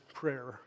prayer